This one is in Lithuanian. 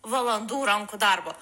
valandų rankų darbo